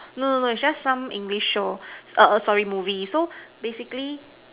no no is just some English show sorry movie so basically